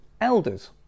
elders